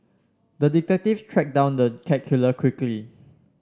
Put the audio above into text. the detective tracked down the cat killer quickly